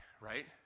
right